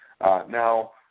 Now